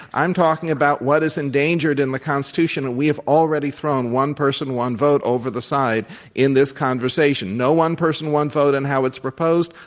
i'm talking about what is endangered in the constitution. and we have already thrown one person, one vote over the side in this conversation. no one person, one vote on and how it's proposed,